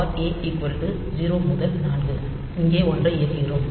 for A 0 முதல் 4 இங்கே ஒன்றை இயக்குகிறோம்